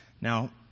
Now